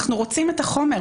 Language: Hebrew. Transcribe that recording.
אנו רוצים את החומר.